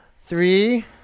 Three